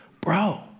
bro